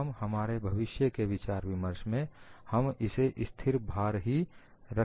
एवं हमारे भविष्य के विचार विमर्श में हम इसे स्थिर भार ही रखेंगे